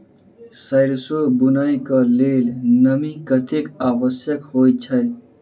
सैरसो बुनय कऽ लेल नमी कतेक आवश्यक होइ छै?